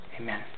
Amen